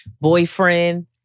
boyfriend